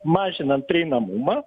mažinant prieinamumą